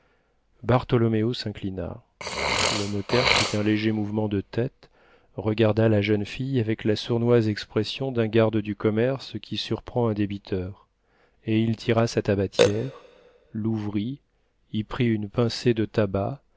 bartholoméo s'inclina le notaire fit un léger mouvement de tête regarda la jeune fille avec la sournoise expression d'un garde du commerce qui surprend un débiteur et il tira sa tabatière l'ouvrit y prit une pincée de tabac